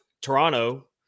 Toronto